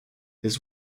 his